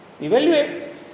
evaluate